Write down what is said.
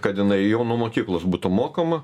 kad jinai jau nuo mokyklos būtų mokoma